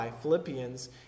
Philippians